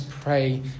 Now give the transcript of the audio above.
pray